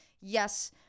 yes